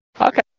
Okay